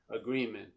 agreement